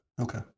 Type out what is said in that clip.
okay